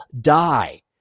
die